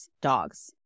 dogs